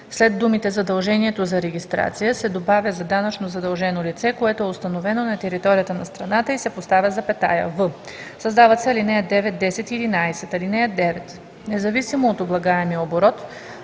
след думите „задължението за регистрация“ се добавя „за данъчно задължено лице, което е установено на територията на страната“ и се поставя запетая; в) създават се ал. 9, 10 и 11: „(9) Независимо от облагаемия оборот